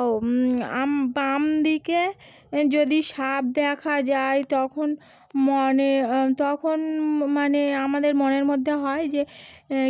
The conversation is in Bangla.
ও বাম দিকে যদি সাপ দেখা যায় তখন মনে তখন ম মানে আমাদের মনের মধ্যে হয় যে